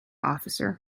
officer